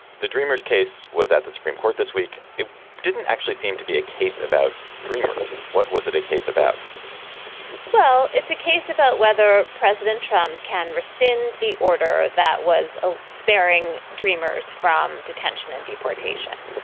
the dreamers case was at the supreme court this week it didn't actually seem to be a case about dreamers. what was it a case about well it's a case about whether president trump can rescind the order that was ah sparing dreamers from detention and deportation.